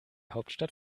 hauptstadt